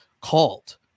called